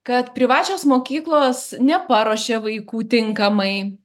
kad privačios mokyklos neparuošia vaikų tinkamai